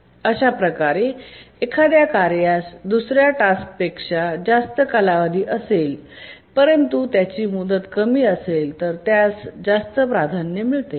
अशाप्रकारे एखाद्या कार्यास दुसर्या टास्कपेक्षा जास्त कालावधी असेल परंतु त्याची मुदत कमी असेल तर त्यास जास्त प्राधान्य मिळते